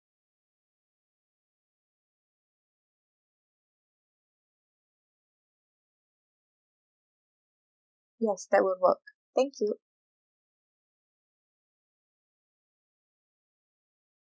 yes that'll work thank you